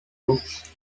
books